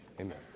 Amen